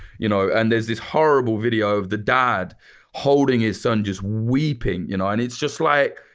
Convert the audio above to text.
you know and there's this horrible video of the dad holding his son, just weeping. you know and it's just like,